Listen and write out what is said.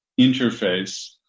interface